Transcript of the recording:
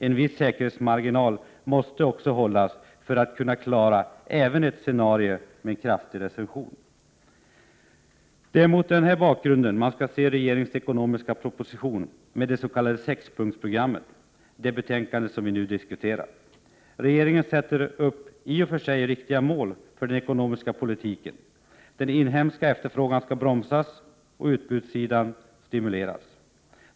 En viss säkerhetsmarginal måste hållas för att kunna klara även ett scenario med en kraftig recession. Det är mot denna bakgrund man skall se regeringens ekonomiska proposition med det s.k. sex-punktsprogrammet och det betänkande som vi nu diskuterar. Regeringen sätter upp i och för sig riktiga mål för den ekonomiska politiken. Den inhemska efterfrågan skall bromsas och utbudssidan stimuleras.